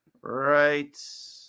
right